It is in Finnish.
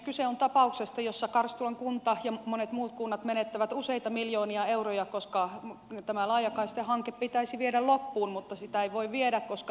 kyse on tapauksesta jossa karstulan kunta ja monet muut kunnat menettävät useita miljoonia euroja koska tämä laajakaistahanke pitäisi viedä loppuun mutta sitä ei voi viedä koska tahallaan on haluttu